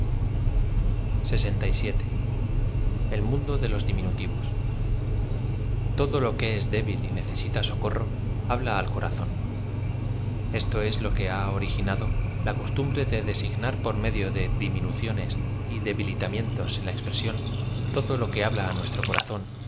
imágenes mundo dé lo t diminutivos todo lo qne es débil y necesita socorro habla a l co razón esto es lo que ha originado la costumbre de de signar por medio de diminuciones y debilitamientos en la expresión todo lo que habla á nuestro corazón